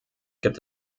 gibt